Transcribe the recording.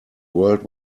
world